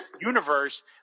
universe